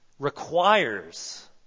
requires